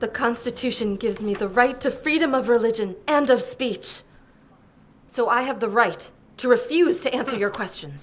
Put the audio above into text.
the constitution gives me the right to freedom of religion and of speech so i have the right to refuse to answer your question